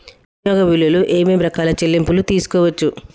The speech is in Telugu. వినియోగ బిల్లులు ఏమేం రకాల చెల్లింపులు తీసుకోవచ్చు?